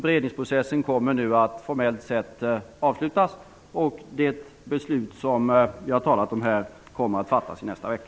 Beredningsprocessen kommer nu formellt sett att avslutas. Det beslut vi har talat om här kommer att fattas i nästa vecka.